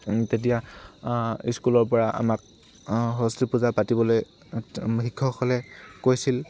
তেতিয়া স্কুলৰ পৰা আমাক সৰস্বতী পূজা পাতিবলৈ শিক্ষকসকলে কৈছিল